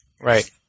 Right